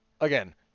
Again